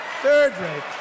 Third-rate